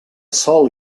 sòl